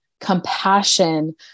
compassion